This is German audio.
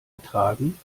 ertragen